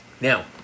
Now